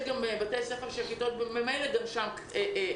יש בתי ספר שממילא הכיתות בהם קטנות.